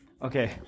Okay